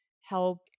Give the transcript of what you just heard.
help